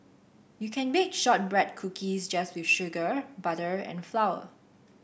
you can bake shortbread cookies just with sugar butter and flour